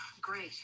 Great